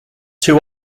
two